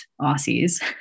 Aussies